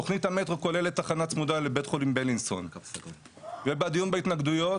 תכנית המטרו כוללת תחנה צמודה לבית חולים בילינסון ובדיון בהתנגדויות